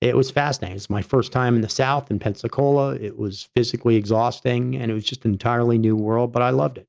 it was fascinating. my first time in the south and pensacola it was physically exhausting. and it was just an entirely new world, but i loved it.